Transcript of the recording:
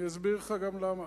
אני אסביר לך גם למה,